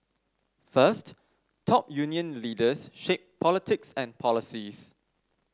first top union leaders shape politics and policies